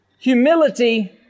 Humility